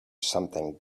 something